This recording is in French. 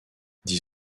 dix